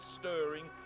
stirring